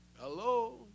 Hello